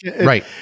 right